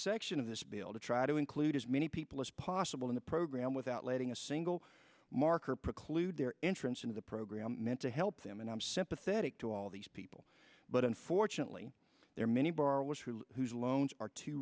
section of this bill to try to include as many people as possible in the program without letting a single mark or preclude their entrance in the probe i meant to help them and i'm sympathetic to all these people but unfortunately there are many borrowers who are whose loans are too